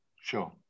Sure